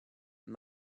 and